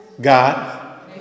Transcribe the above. God